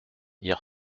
hier